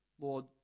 Lord